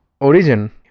origin